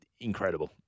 incredible